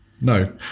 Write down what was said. no